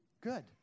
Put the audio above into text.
good